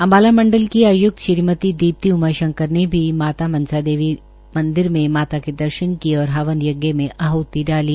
अम्बाला मंडल की आयुक्त श्रीमती दीप्ती उमाशंकर ने भी माता मनसा देवी मंदिर में माता के दर्शन किए और हवन यज्ञ में आहूति डाली